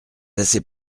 assez